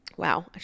Wow